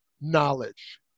knowledge